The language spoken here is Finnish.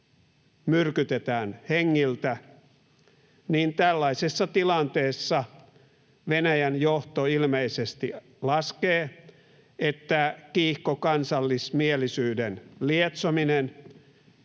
myrkytetään hengiltä, niin tällaisessa tilanteessa Venäjän johto ilmeisesti laskee, että kiihkokansallismielisyyden lietsominen